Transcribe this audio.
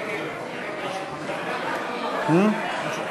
לשנת התקציב 2015, כהצעת הוועדה, נתקבל.